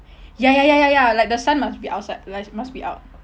ya ya ya ya ya like the sun must be outside like must be out